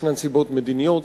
ישנן סיבות מדיניות,